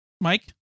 Mike